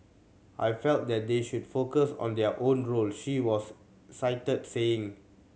I feel that they should focus on their own role she was cited saying